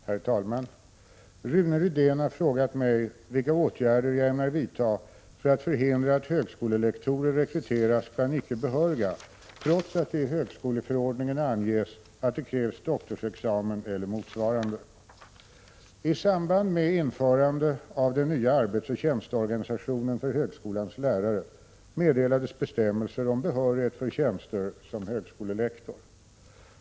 Herr talman! Rune Rydén har frågat mig vilka åtgärder jag ämnar vidta för att förhindra att högskolelektorer rekryteras bland icke behöriga, trots att det i högskoleförordningen anges att det krävs doktorsexamen eller motsvarande. I samband med införandet av den nya arbetsoch tjänsteorganisationen för högskolans lärare meddelades bestämmelser om behörighet för tjänster som högskolelektor.